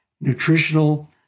nutritional